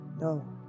No